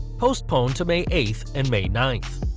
postponed to may eighth and may ninth.